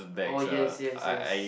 oh yes yes yes